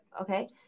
okay